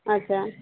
अच्छा